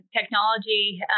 technology